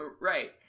Right